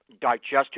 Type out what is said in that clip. digestive